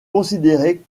considérée